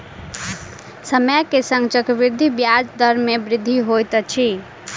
समय के संग चक्रवृद्धि ब्याज दर मे वृद्धि होइत अछि